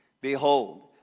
Behold